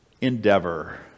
endeavor